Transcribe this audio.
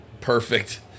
Perfect